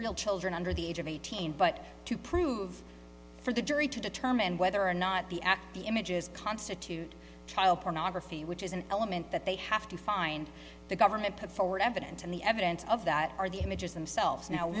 real children under the age of eighteen but to prove for the jury to determine whether or not the act the images constitute child pornography which is an element that they have to find the government put forward evident in the evidence of that are the images themselves now